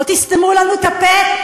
לא תסתמו לנו את הפה.